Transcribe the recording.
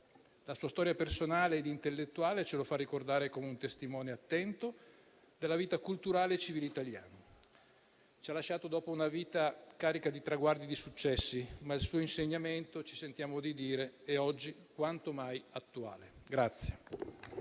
La sua storia personale ed intellettuale ce lo fa ricordare come un testimone attento della vita culturale e civile italiana. Ci ha lasciato dopo una vita carica di traguardi e di successi, ma il suo insegnamento - ci sentiamo di dire - è oggi quanto mai attuale.